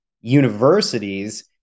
universities